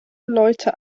leute